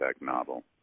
novel